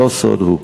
לא סוד הוא.